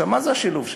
מה זה השילוב שלהם?